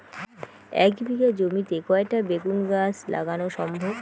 এক বিঘা জমিতে কয়টা বেগুন গাছ লাগানো সম্ভব?